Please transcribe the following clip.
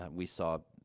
um we saw, ah,